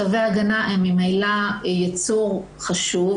צווי הגנה הם ממילא ייצור חשוב,